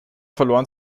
verloren